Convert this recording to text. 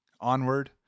Onward